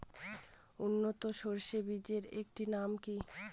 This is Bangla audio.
উন্নত সরষে বীজের একটি নাম কি?